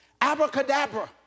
Abracadabra